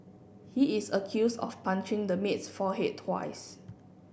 he is accused of punching the maid's forehead twice